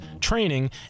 training